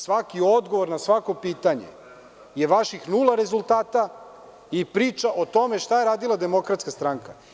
Da svaki odgovor na svako pitanje je vaših nula rezultata i priča o tome šta je radila Demokratska stranka.